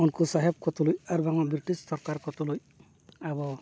ᱩᱱᱠᱩ ᱥᱟᱦᱮᱵᱽ ᱠᱚ ᱛᱩᱞᱩᱡ ᱟᱨ ᱵᱟᱝᱢᱟ ᱵᱨᱤᱴᱤᱥ ᱥᱚᱨᱠᱟᱨ ᱠᱚ ᱛᱩᱞᱩᱡ ᱟᱵᱚ